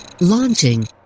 Launching